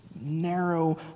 narrow